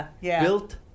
built